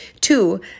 two